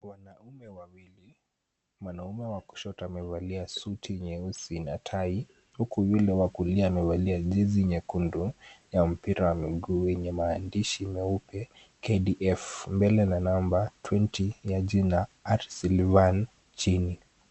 Wanaume wawili, mwanaume wa kushoto amevalia suti nyeusi na tai huku yule wa kulia amevalia jezi nyekundu ya mpira ya miguu yenye maandishi meupe KDF mbele na namba 20 na jina R Sylyane chini.